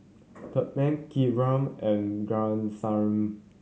Tharman Vikram and